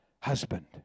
husband